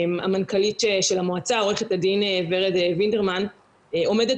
המנכ"לית של המועצה עו"ד ורד וינדרמן עומדת